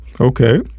Okay